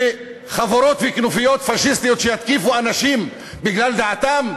וחבורות וכנופיות פאשיסטיות שיתקיפו אנשים בגלל דעתם,